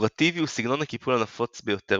פיגורטיבי הוא סגנון הקיפול הנפוץ ביותר